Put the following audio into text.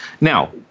Now